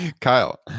Kyle